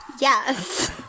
Yes